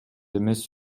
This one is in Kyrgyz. эмес